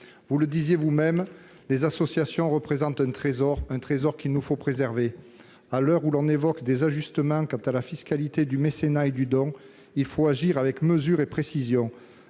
Vous le disiez vous-même, les associations représentent un trésor, un trésor qu'il nous faut préserver. À l'heure où l'on évoque des ajustements quant à la fiscalité du mécénat et du don, il faut agir avec mesure et précision.